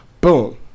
Boom